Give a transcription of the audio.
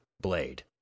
Blade